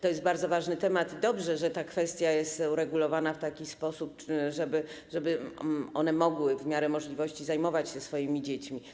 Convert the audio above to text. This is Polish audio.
To jest bardzo ważny temat i dobrze, że ta kwestia jest uregulowana w taki sposób, żeby one w miarę możliwości mogły zajmować się swoimi dziećmi.